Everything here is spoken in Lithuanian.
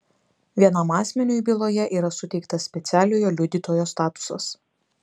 vienam asmeniui byloje yra suteiktas specialiojo liudytojo statusas